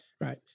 right